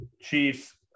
Chiefs